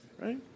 right